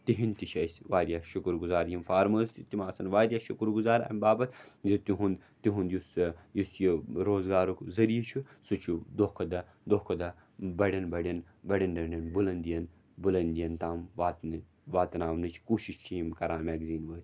تِہٕنٛدۍ تہِ چھِ أسۍ شُکُر گُزار یِم فارمٲرٕس تِم آسان واریاہ شُکُر گُزار اَمہِ باپَتھ زِ تِہُنٛد تِہُنٛد یُس یہِ یُس یہِ روزگارُک ذٔریعہِ چھُ سُہ چھُ دۄہ کھۄتہٕ دۄہ دۄہ کھۄتہٕ دۄہ بَڈؠن بڈؠن بَڈؠن بَڈؠن بُلنٛدِیَن بُلنٛدِیَن تام واتنٕچ واتناونٕچ کوٗشِش چھِ یِم کران میگزِیٖن وٲلۍ